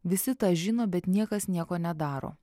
visi tą žino bet niekas nieko nedaro